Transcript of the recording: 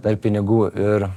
dar pinigų ir